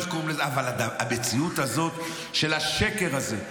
אבל המציאות הזאת של השקר הזה.